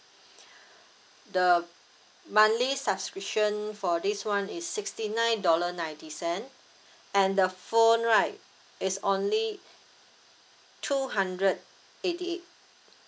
the monthly subscription for this [one] is sixty nine dollar ninety cent and the phone right is only two hundred eighty eight